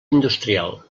industrial